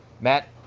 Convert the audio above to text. matt